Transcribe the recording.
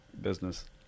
business